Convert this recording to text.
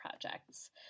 projects